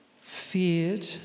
feared